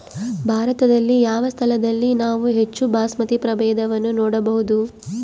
ಭಾರತದಲ್ಲಿ ಯಾವ ಸ್ಥಳದಲ್ಲಿ ನಾವು ಹೆಚ್ಚು ಬಾಸ್ಮತಿ ಪ್ರಭೇದವನ್ನು ನೋಡಬಹುದು?